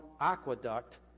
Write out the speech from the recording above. aqueduct